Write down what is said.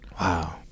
Wow